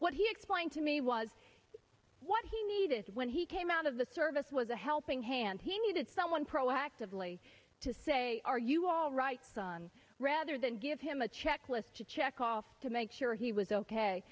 what he explained to me was what he needed when he came out of the service was a helping hand he needed someone proactively to say are you all right son rather than give him a checklist to check off to make sure he was ok